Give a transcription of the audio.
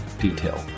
detail